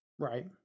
right